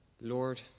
Lord